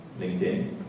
LinkedIn